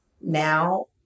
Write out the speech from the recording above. Now